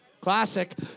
classic